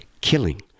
Killing